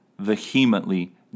vehemently